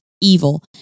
evil